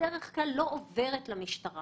בדרך כלל החקירה לא עוברת למשטרה.